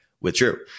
withdrew